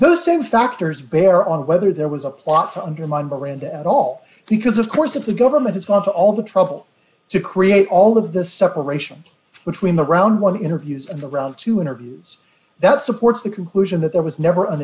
those same factors bear on whether there was a plot to undermine miranda at all because of course if the government is going to all the trouble to create all of the separation between the round one interviews and the round two interviews that supports the conclusion that there was never an